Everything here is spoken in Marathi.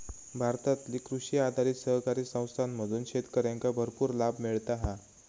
भारतातील कृषी आधारित सहकारी संस्थांमधून शेतकऱ्यांका भरपूर लाभ मिळता हा